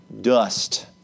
dust